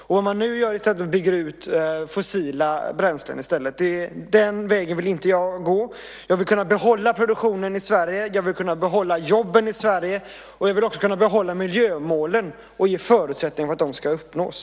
Jag vill inte att man i stället ska bygga ut fossila bränslen. Jag vill att man ska kunna behålla produktionen, jobben och miljömålen i Sverige och ge förutsättningar för att de ska kunna uppnås.